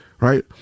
right